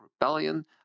rebellion